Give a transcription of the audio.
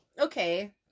Okay